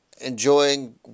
enjoying